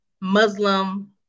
Muslim